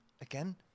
again